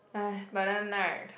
but then right